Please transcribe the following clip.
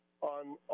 on